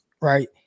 right